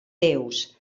déus